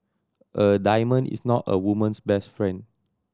a diamond is not a woman's best friend